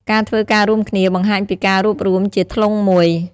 ការធ្វើការរួមគ្នាបង្ហាញពីការរួបរួមជាធ្លុងមួយ។